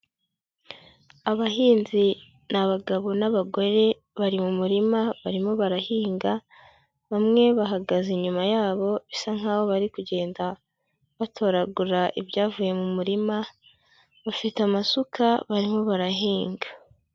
Abahinzi ni abagabo n'abagore bari mu murima barimo barahinga. Bamwe bahagaze inyuma yabo bisa nkaho bari kugenda batoragura ibyavuye mu murima. Bafite amasuka barimo barahinga.